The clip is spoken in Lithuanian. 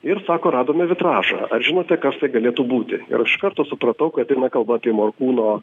ir sako radome vitražą ar žinote kas tai galėtų būti ir aš iš karto supratau kad eina kalba apie morkūno